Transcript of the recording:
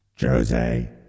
Jose